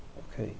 okay